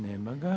Nema ga?